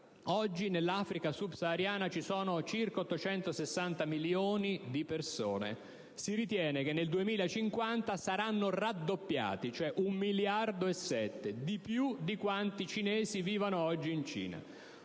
Oggi nell'Africa subsahariana ci sono circa 860 milioni di persone: si ritiene che nel 2050 saranno raddoppiate, 1,7 miliardi, cioè più del numero dei cinesi che vivono oggi in Cina.